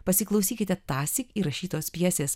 pasiklausykite tąsyk įrašytos pjesės